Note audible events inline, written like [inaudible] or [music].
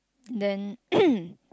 then [noise]